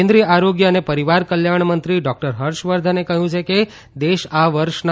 કેન્દ્રિય આરોગ્ય અને પરિવાર કલ્યાણમંત્રી ડોક્ટર હર્ષવર્ધને કહ્યું છે કે દેશ આ વર્ષના